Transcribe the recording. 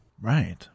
Right